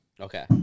Okay